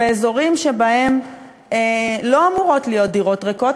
אזורים שבהם לא אמורות להיות דירות ריקות,